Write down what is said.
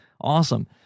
awesome